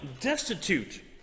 destitute